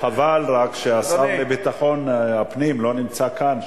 חבל רק שהשר לביטחון הפנים לא נמצא כאן,